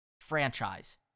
franchise